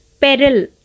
peril